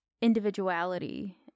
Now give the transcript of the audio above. individuality